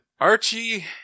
archie